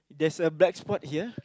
there's a black spot here